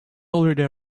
already